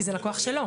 כי זה לקוח שלו.